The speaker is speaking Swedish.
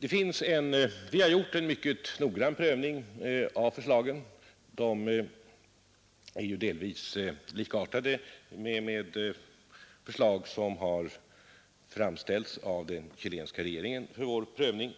har företagit en mycket noggrann prövning av förslagen. De är delvis likartade de förslag som har framställts av den chilenska regeringen för vår prövning.